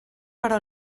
però